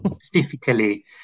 specifically